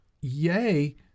yay